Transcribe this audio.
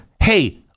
hey